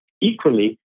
Equally